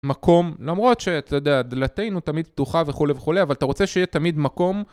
מקום, למרות שאתה יודע, דלתנו תמיד פתוחה וכולי וכולי, אבל אתה רוצה שיהיה תמיד מקום